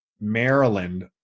Maryland